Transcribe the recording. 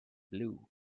blue